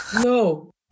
No